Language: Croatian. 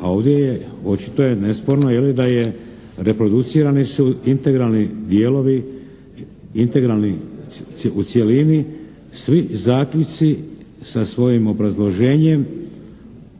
A ovdje je, očito je nesporno jel' da je, reproducirani su integralni dijelovi, integralni u cjelini svi zaključci sa svojim obrazloženjem